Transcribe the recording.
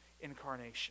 incarnation